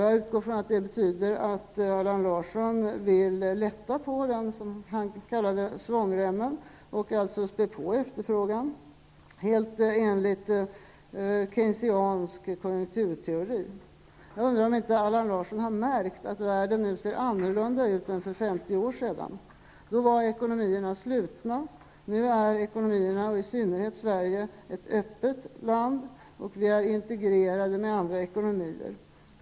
Jag utgår ifrån att det betyder att Allan Larsson vill lätta på det som han kallade för svångremmen och späda på efterfrågan -- helt enligt keynesiansk konjunkturteori. Jag undrar om inte Allan Larsson har märkt att världen nu ser annorlunda ut än vad den gjorde för 50 år sedan. Då var ekonomierna slutna, men nu är de -- i synnerhet Sveriges ekonomi -- öppna, och vi är integrerade med andra ekonomier.